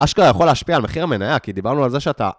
אשכרה יכול להשפיע על מחיר מניה, כי דיברנו על זה שאתה...